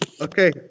Okay